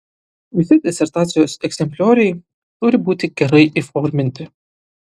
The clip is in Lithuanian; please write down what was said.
visi disertacijos egzemplioriai turi būti gerai įforminti